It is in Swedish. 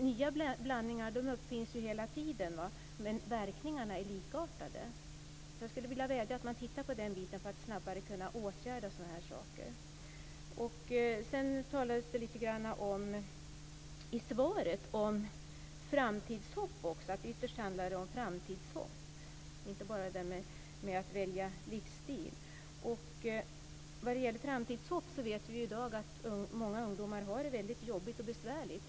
Nya blandningar uppfinns hela tiden, men verkningarna är likartade. Jag skulle vilja vädja att man tittar över den frågan för att snabbare kunna åtgärda sådana saker. Socialministern talade i svaret om framtidshopp. Ytterst handlar det om framtidshopp, inte bara att välja livsstil. Vad gäller framtidshopp vet vi i dag att många ungdomar har det jobbigt och besvärligt.